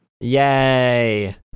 yay